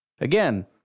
Again